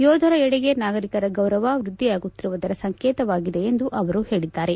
ಯೋಧರೆಡೆಗೆ ನಾಗರಿಕರ ಗೌರವ ವ್ಯದ್ದಿಯಾಗುತ್ತಿರುವುದರ ಸಂಕೇತವಾಗಿದೆ ಎಂದು ಅವರು ಹೇಳಿದ್ದಾರೆ